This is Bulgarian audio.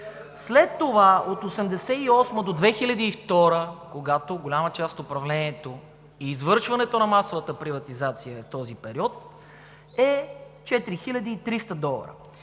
След това от 1988 г. до 2002 г., когато голяма част от управлението и извършването на масовата приватизация е в този период, е 4300 долара,